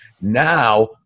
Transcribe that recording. Now